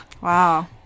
Wow